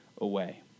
away